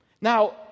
Now